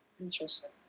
Interesting